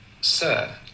Sir